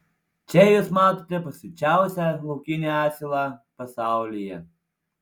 čia jūs matote pasiučiausią laukinį asilą pasaulyje